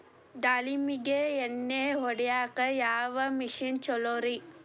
ದಾಳಿಂಬಿಗೆ ಎಣ್ಣಿ ಹೊಡಿಯಾಕ ಯಾವ ಮಿಷನ್ ಛಲೋರಿ?